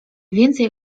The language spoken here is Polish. więcej